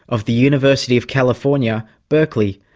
of the university of california, berkeley,